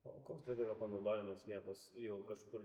o koks dabar yra panaudojimas liepos jau kažkur